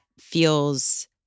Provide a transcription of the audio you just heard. feels